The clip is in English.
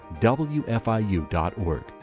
wfiu.org